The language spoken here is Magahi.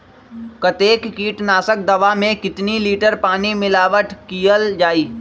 कतेक किटनाशक दवा मे कितनी लिटर पानी मिलावट किअल जाई?